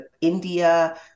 India